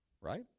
right